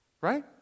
Right